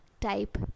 type